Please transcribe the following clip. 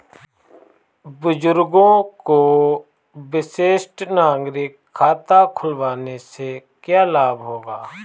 बुजुर्गों को वरिष्ठ नागरिक खाता खुलवाने से क्या लाभ होगा?